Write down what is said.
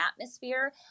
atmosphere